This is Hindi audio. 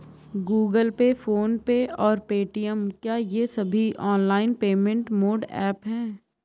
गूगल पे फोन पे और पेटीएम क्या ये सभी ऑनलाइन पेमेंट मोड ऐप हैं?